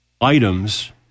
items